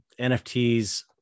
NFTs